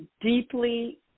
deeply